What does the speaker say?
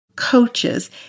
coaches